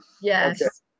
Yes